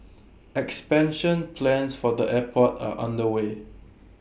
expansion plans for the airport are underway